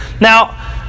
now